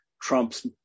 Trump's